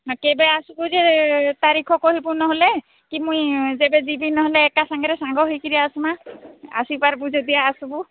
କେବେ ଆସିବୁ ଯେ ତାରିଖ କହିବୁ ନହେଲେ କି ମୁଁ ଯେବେ ଜିବି ନହେଲେ ଏକା ସାଙ୍ଗରେ ସାଙ୍ଗ ହେଇକି ଆସିବା ଆସିପାରିବୁ ଯଦି ଆସିବୁ